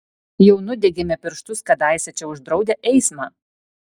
jau nudegėme pirštus kadaise čia uždraudę eismą